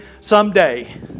someday